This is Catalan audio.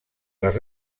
les